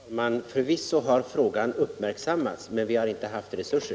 Herr talman! Förvisso har frågan uppmärksammats, men vi har inte haft resurser.